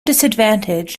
disadvantage